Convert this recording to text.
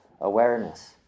awareness